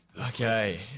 Okay